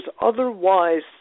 otherwise